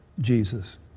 Jesus